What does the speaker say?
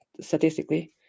statistically